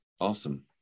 Awesome